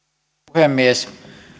puhemies